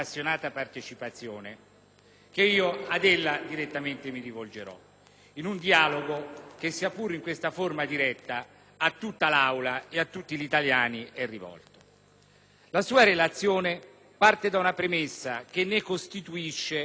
che io a lei direttamente mi rivolgerò: un dialogo che, sia pure in questa forma diretta, è rivolto a tutta l'Aula e a tutti gli italiani. La sua relazione parte da una premessa che ne costituisce poi l'asse portante.